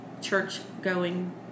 church-going